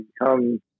become